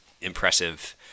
impressive